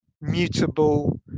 mutable